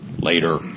Later